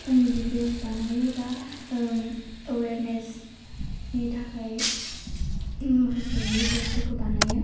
फानि भिडिअस बानायो बा एवेनेस्टनि थाखाय माखासे भिडिअसफोरखौ बानायो